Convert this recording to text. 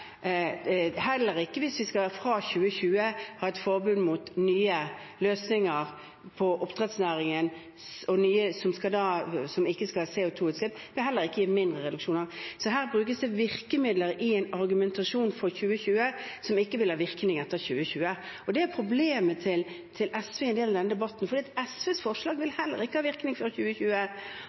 Heller ikke hvis vi fra 2020 har et forbud mot utslipp og får nye løsninger i oppdrettsnæringen som ikke gir CO 2 -utslipp, vil det gi mindre utslipp. Her brukes det virkemidler i en argumentasjon for 2020 som ikke vil ha virkning etter 2020. Det er problemet til SV i en del av denne debatten, for SVs forslag vil heller ikke ha virkning før 2020.